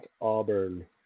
Auburn